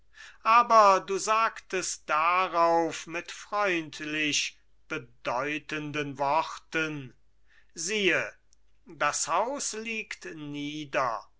aber du sagtest darauf mit freundlich bedeutenden worten siehe das haus liegt nieder